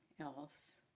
else